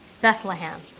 Bethlehem